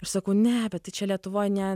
aš sakau ne bet tai čia lietuvoje ne